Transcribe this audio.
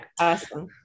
Awesome